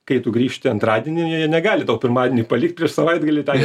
kai tu grįžti antradienį jie negali tau pirmadieniui palikt prieš savaitgalį tą